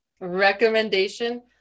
Recommendation